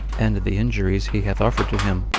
and the injuries he hath offered to him,